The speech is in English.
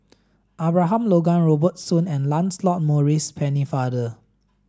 Abraham Logan Robert Soon and Lancelot Maurice Pennefather